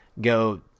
go